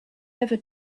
ever